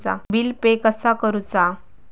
Bill pay कसा करुचा?